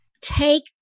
Take